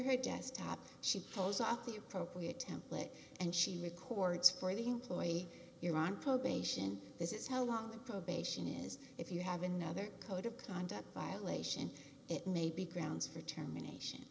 her desktop she goes off the appropriate template and she records for the employee you're on probation this is how long the probation is if you have another code of conduct violation it may be grounds for termination